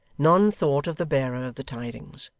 none thought of the bearer of the tidings.